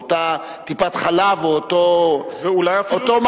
או אותה טיפת-חלב או אותו מגן-דוד-אדום.